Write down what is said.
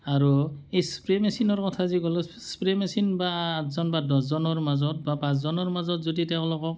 আৰু এই স্প্ৰে' মেচিনৰ কথা যি ক'লো স্প্ৰে' মেচিন বা আঠজন বা দহজনৰ মাজত বা পাঁচজনৰ মাজত যদি তেওঁলোকক